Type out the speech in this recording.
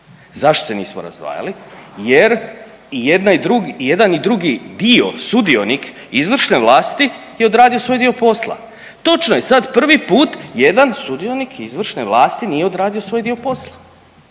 Zašto se nismo razdvajali? Jer i jedna i druga, i jedan i drugi dio sudionik izvršne vlasti je odradio svoj dio posla. Točno je sad prvi put jedan sudionik izvršne vlasti nije odradio svoj dio posla.